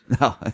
No